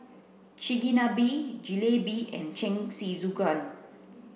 Chigenabe Jalebi and Jingisukan